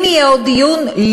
אבל יהיה עוד דיון.